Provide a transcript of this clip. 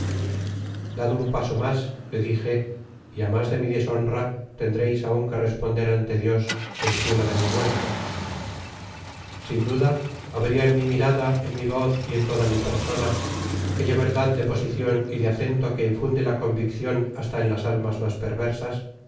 dad un paso mas le dije y á mas de mi deshonra tendreis aun que responder ante el dios del cielo de mi muerte content from google book search generated at sin duda habría en mi mirada en mi voz y en toda mi persona aquella verdad de posicion y de acento que infunde la conviccion hasta en las almas mas perversas